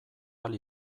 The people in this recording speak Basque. ahal